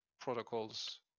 protocols